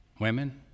women